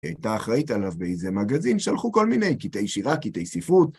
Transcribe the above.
הייתה אחראית עליו באיזה מגזין, שלחו כל מיני קטעי שירה, קטעי ספרות.